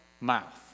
mouth